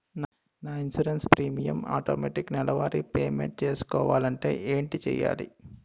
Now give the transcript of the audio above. నా insurance premium automatic నెలవారి payment చేసుకోవాలంటే ఏంటి చేయాలి?